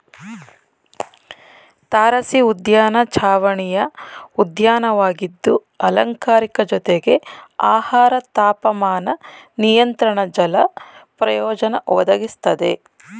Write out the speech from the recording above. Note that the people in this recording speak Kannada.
ತಾರಸಿಉದ್ಯಾನ ಚಾವಣಿಯ ಉದ್ಯಾನವಾಗಿದ್ದು ಅಲಂಕಾರಿಕ ಜೊತೆಗೆ ಆಹಾರ ತಾಪಮಾನ ನಿಯಂತ್ರಣ ಜಲ ಪ್ರಯೋಜನ ಒದಗಿಸ್ತದೆ